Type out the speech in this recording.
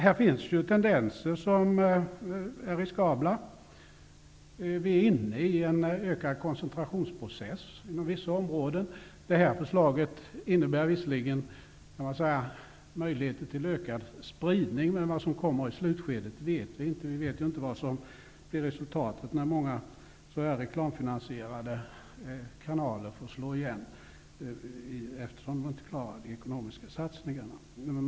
Det finns emellertid tendenser som är riskabla. Vi är inne i en ökad koncentrationsprocess på vissa områden. Detta förslag innebär visserligen möjligheter till ökad spridning, men vad som kommer i slutskedet vet vi inte. Vi vet inte vilket resultatet blir när många reklamfinansierade kanaler får slå igen, eftersom de inte klarar de ekonomisk satsningarna.